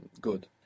Good